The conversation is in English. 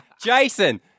Jason